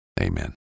Amen